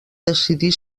decidir